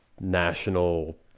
national